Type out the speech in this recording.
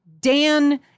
Dan